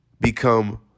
become